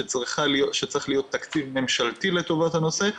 שצריך להיות תקציב ממשלתי לטובת הנושא,